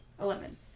Eleven